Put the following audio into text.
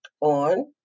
on